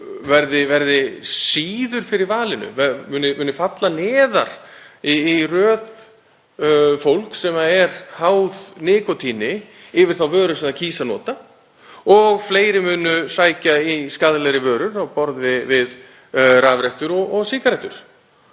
verði síður fyrir valinu, muni falla neðar í röð fólks sem er háð nikótíni yfir þá vöru sem það kýs að nota og að fleiri munu sækja í skaðlegri vörur á borð við rafrettur og sígarettur.